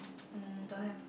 mm don't have